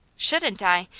shouldn't i?